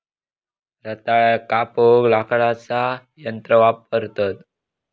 रताळ्याक कापूक लाकडाचा यंत्र वापरतत